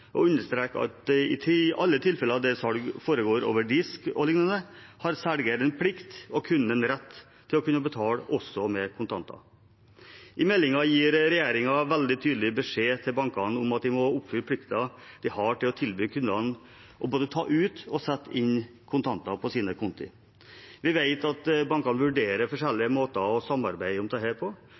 at ved alle tilfeller hvor salg foregår over disk og liknende, har kunden rett til å betale med kontanter. I meldingen gir regjeringen en veldig tydelig beskjed til bankene om å oppfylle plikten de har til å tilby kundene både å ta ut og å sette inn kontanter på sine konti. Vi vet at bankene vurderer forskjellige måter å samarbeide om dette på.